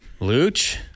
Luch